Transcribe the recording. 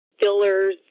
fillers